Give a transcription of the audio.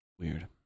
Weird